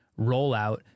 rollout